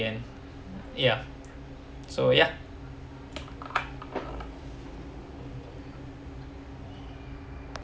again ya so ya